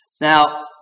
Now